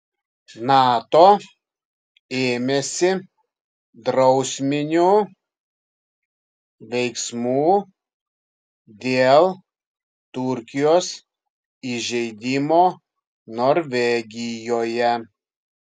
nato ėmėsi drausminių veiksmų dėl turkijos įžeidimo norvegijoje